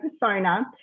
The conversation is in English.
persona